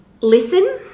listen